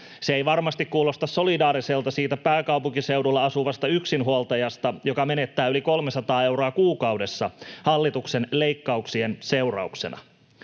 Se ei varmasti kuulosta solidaariselta siitä pääkaupunkiseudulla asuvasta yksinhuoltajasta, joka menettää yli 300 euroa kuukaudessa hallituksen leikkauksien seurauksena.